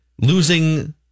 Losing